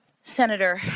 Senator